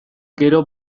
gero